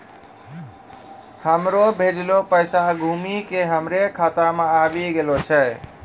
हमरो भेजलो पैसा घुमि के हमरे खाता मे आबि गेलो छै